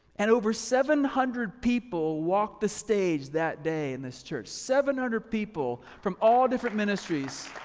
and over seven hundred people walked the stage that day in this church, seven hundred people from all different ministries.